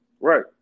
Right